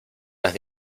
las